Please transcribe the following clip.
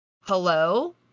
Hello